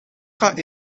gaan